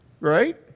Right